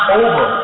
over